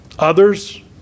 Others